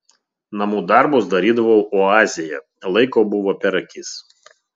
namų darbus darydavau oazėje laiko buvo per akis